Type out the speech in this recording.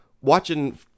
watching